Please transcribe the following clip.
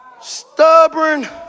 Stubborn